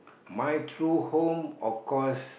my true home of course